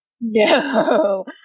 No